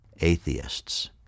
atheists